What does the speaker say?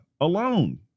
Alone